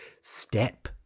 step